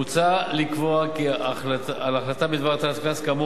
מוצע לקבוע כי על החלטה בדבר הטלת קנס כאמור